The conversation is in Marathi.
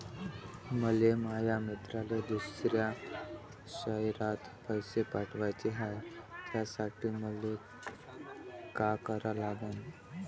मले माया मित्राले दुसऱ्या शयरात पैसे पाठवाचे हाय, त्यासाठी मले का करा लागन?